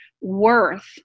worth